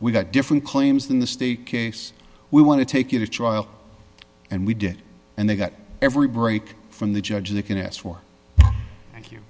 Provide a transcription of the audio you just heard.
we've got different claims in the state case we want to take you to trial and we did and they got every break from the judge they can ask for